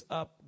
up